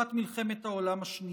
בתקופת מלחמת העולם השנייה.